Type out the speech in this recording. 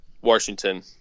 Washington